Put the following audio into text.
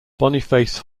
boniface